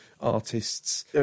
artists